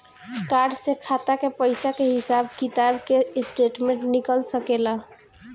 Card से खाता के पइसा के हिसाब किताब के स्टेटमेंट निकल सकेलऽ?